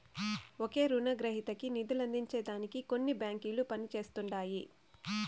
ఒకే రునగ్రహీతకి నిదులందించే దానికి కొన్ని బాంకిలు పనిజేస్తండాయి